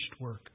work